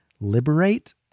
liberate